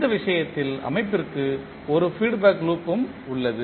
இந்த விஷயத்தில் அமைப்பிற்கு ஒரு ஃபீட் பேக் லூப்ும் உள்ளது